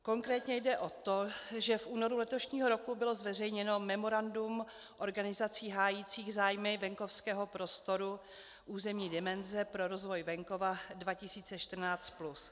Konkrétně jde o to, že v únoru letošního roku bylo zveřejněno memorandum organizací hájících zájmy venkovského prostoru, územní dimenze, pro rozvoj venkova 2014 plus.